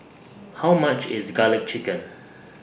How much IS Garlic Chicken